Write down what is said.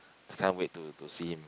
can't wait to see him